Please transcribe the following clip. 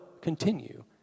continue